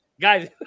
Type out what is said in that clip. Guys